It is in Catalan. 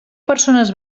persones